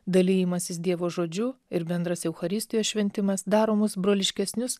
dalijimasis dievo žodžiu ir bendras eucharistijos šventimas daromus broliškesnius